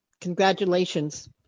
congratulations